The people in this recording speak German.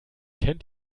kennt